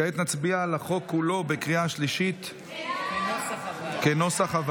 כעת נצביע על החוק כולו, בנוסח הוועדה,